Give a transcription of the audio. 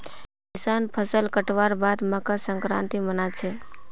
किसान फसल कटवार बाद मकर संक्रांति मना छेक